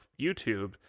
YouTube